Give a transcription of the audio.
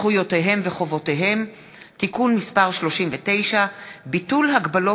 זכויותיהם וחובותיהם (תיקון מס' 39) (ביטול הגבלות